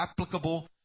applicable